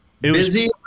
Busy